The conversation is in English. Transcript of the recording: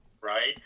right